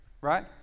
right